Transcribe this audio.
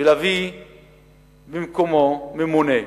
ולהביא במקומו ממונה.